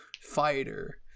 fighter